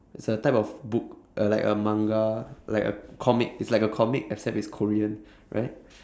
it's a type of book uh like a manga like a comic it's like a comic except it's korean right